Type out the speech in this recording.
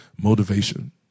Motivation